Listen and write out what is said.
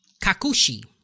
Kakushi